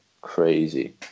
Crazy